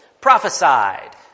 prophesied